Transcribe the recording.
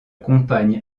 compagne